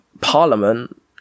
Parliament